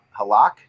Halak